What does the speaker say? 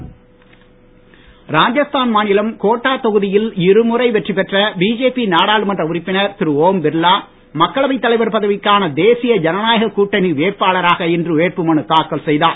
ஓம் பிர்லா ராஜஸ்தான் மாநிலம் கோட்டா தொகுதியில் இருமுறை வெற்றி பெற்ற பிஜேபி நாடாளுமன்ற உறுப்பினர் திரு ஓம் பிர்லா மக்களவை தலைவர் பதவிக்கான தேசிய ஜனநாயக கூட்டணி வேட்பாளராக இன்று வேட்புமனு தாக்கல் செய்தார்